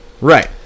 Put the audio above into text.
Right